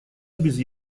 без